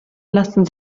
lassen